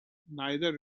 neither